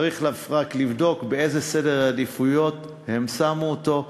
צריך רק לבדוק איפה בסדר העדיפויות הם שמו אותו.